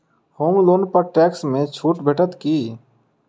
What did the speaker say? होम loan पर tax मे छुट भेटत की